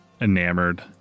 enamored